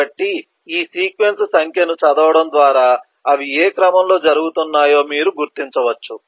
కాబట్టి ఈ సీక్వెన్స్ సంఖ్యను చదవడం ద్వారా అవి ఏ క్రమంలో జరుగుతున్నాయో మీరు గుర్తించవచ్చు